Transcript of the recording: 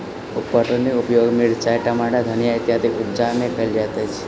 उप पटौनीक उपयोग मिरचाइ, टमाटर, धनिया इत्यादिक उपजा मे कयल जाइत अछि